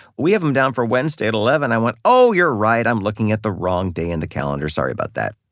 we have them down for wednesday at eleven. i went, oh, you're right. i'm looking at the wrong day in the calendar. sorry about that.